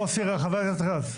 חבר הכנסת מוסי רז.